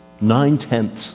Nine-tenths